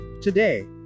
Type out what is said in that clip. Today